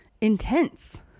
intense